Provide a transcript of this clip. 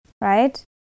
right